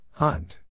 Hunt